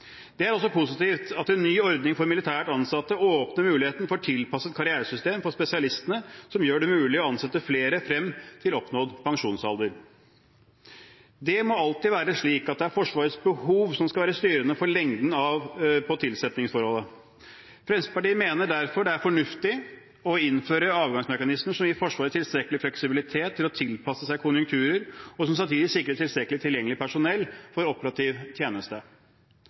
Det er også positivt at en ny ordning for militært ansatte åpner muligheten for tilpasset karrieresystem for spesialistene som gjør det mulig å ansette flere frem til oppnådd pensjonsalder. Det må alltid være slik at det er Forsvarets behov som skal være styrende for lengden på tilsettingsforholdet. Fremskrittspartiet mener derfor det er fornuftig å innføre avgangsmekanismer som gir Forsvaret tilstrekkelig fleksibilitet til å tilpasse seg konjunkturer, og som samtidig sikrer tilstrekkelig tilgjengelig personell for operativ tjeneste.